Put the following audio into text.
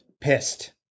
pissed